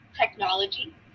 technology